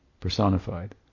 personified